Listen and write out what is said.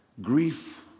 grief